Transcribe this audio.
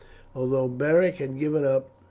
although beric had given up